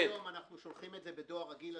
גם היום אנחנו שולחים את זה בדואר רגיל.